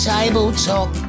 Tabletop